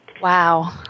Wow